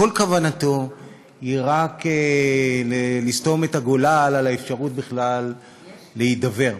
שכל כוונתו היא רק לסתום את הגולל על האפשרות בכלל להידבר.